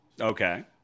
Okay